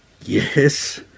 Yes